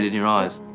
your eyes.